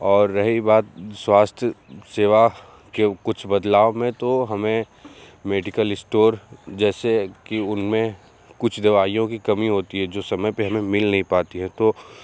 और रही बात स्वास्थ्य सेवा के कुछ बदलाव में तो हमें मेडिकल इस्टोर जैसे कि उनमें कुछ दवाइयों की कमी होती है जो समय पर हमें मिल नहीं पाती है तो